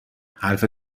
حرف